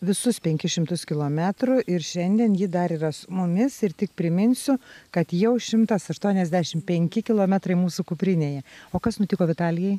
visus penkis šimtus kilometrų ir šiandien ji dar yra su mumis ir tik priminsiu kad jau šimtas aštuoniasdešimt penki kilometrai mūsų kuprinėje o kas nutiko vitalijai